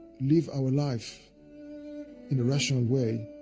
live our life in a rational way